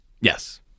Yes